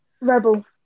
Rebel